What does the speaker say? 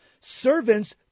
Servants